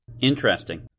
Interesting